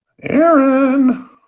Aaron